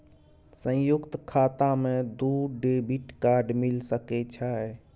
संयुक्त खाता मे दू डेबिट कार्ड मिल सके छै?